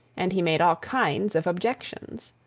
and he made all kinds of objections.